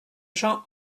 jean